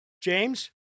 James